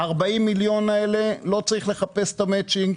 ה-40 מיליון האלה לא צריך לחפש את המאצ'ינג.